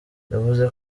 yavuze